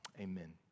amen